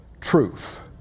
truth